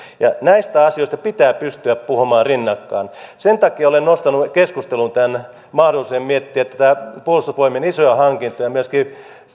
näistä asioista pitää pystyä puhumaan rinnakkain sen takia olen nostanut keskusteluun tämän mahdollisuuden miettiä puolustusvoimien isoja hankintoja ja myöskin